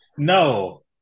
No